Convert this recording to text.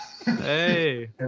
Hey